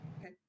Okay